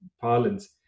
parlance